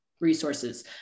resources